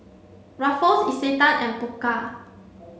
Ruffles Isetan and Pokka